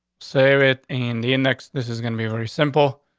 save it in the and next. this is gonna be very simple.